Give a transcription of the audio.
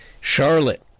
Charlotte